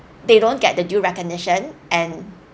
they don't get the due recognition and